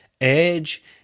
edge